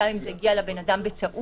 גם אם זה הגיע לבן אדם בטעות,